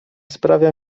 sprawia